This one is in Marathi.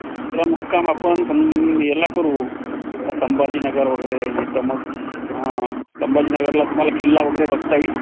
सरळ मुक्काम आपण सं याला करू संभाजीनगर वगैरे नाहीतर मग संभाजीनगरला तुम्हाला किल्ला वगैरे बघता येईल